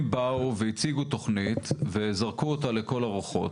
התושבים באו והציגו תוכנית וזרקו אותה לכל הרוחות,